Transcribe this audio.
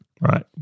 right